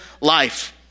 life